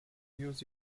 use